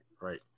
right